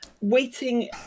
waiting